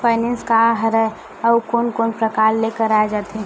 Finance का हरय आऊ कोन कोन प्रकार ले कराये जाथे?